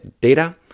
data